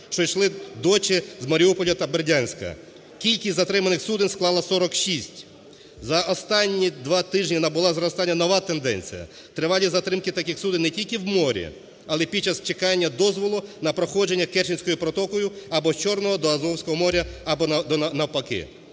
що йшли до чи з Маріуполя та Бердянська, кількість затриманих суден склала 46. За останні два тижні набула зростання нова тенденція. Тривалість затримки таких суден не тільки в морі, але під час чекання дозволу на проходження Керченською протокою або з Чорного до Азовського моря, або навпаки.